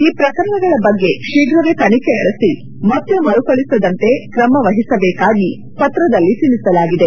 ಈ ಪ್ರಕರಣಗಳ ಬಗ್ಗೆ ಶೀಘವೇ ತನಿಖೆ ನಡೆಸಿ ಮತ್ತೆ ಮರುಕಳಿಸದಂತೆ ಕ್ರಮ ವಹಿಸಬೇಕಾಗಿ ಪತ್ರದಲ್ಲಿ ತಿಳಿಸಲಾಗಿದೆ